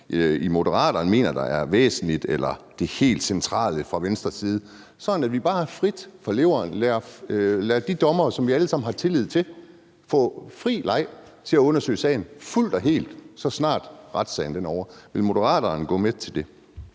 i Moderaterne mener er væsentligt eller fra Venstres side mener er det helt centrale, sådan at vi bare frit fra leveren lader de dommere, som vi alle sammen har tillid til, få fri leg til at undersøge sagen fuldt og helt, så snart retssagen er ovre. Vil Moderaterne gå med til det?